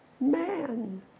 man